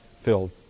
filled